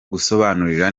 gusobanurira